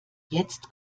jetzt